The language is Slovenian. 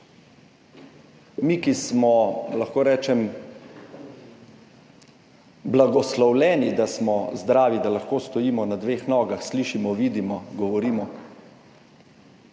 Mi, ki smo, lahko rečem, blagoslovljeni, da smo zdravi, da lahko stojimo na dveh nogah, slišimo, vidimo, govorimo,